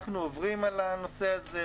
אנחנו עוברים על הנושא הזה,